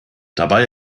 dabei